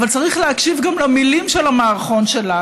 אבל צריך להקשיב גם למילים של המערכון של אז.